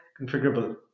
configurable